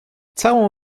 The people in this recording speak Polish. całą